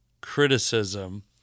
criticism